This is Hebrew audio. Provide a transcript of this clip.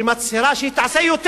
שמצהירה שהיא תעשה יותר.